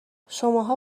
شماها